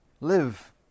Live